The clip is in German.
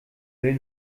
will